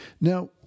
Now